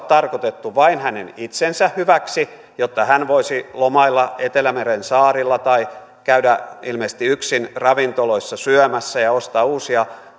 tarkoitettu vain hänen itsensä hyväksi jotta hän voisi lomailla etelämeren saarilla tai käydä ilmeisesti yksin ravintoloissa syömässä ja ostaa uusia